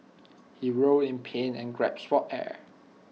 he roll in pain and for air